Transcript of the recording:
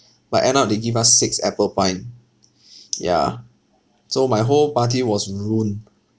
but end up they give us six apple pie ya so my whole party was ruined